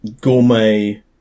gourmet